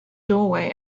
doorway